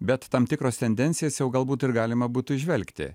bet tam tikras tendencijas jau galbūt ir galima būtų įžvelgti